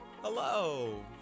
hello